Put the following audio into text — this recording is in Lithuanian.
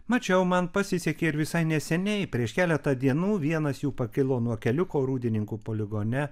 mačiau man pasisekė ir visai neseniai prieš keletą dienų vienas jų pakilo nuo keliuko rūdininkų poligone